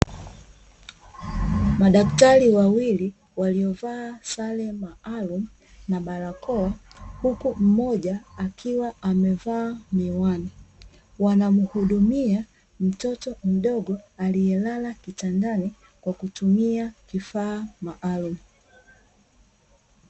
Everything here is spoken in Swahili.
Madaktari wawili waliovaa sare maalumu na barakoa, huku mmoja akiwa amevaa miwani wanamuhudumia mtoto mdogo aliyelala kitandani kwa kutumia vifaa maalumu.